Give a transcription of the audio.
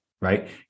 right